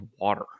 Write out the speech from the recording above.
water